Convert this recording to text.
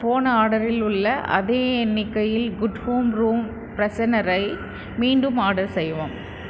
போன ஆர்டரில் உள்ள அதே எண்ணிக்கையில் குட் ஹோம் ரூம் ஃபிரெஷனரை மீண்டும் ஆடர் செய்யவும்